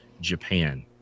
Japan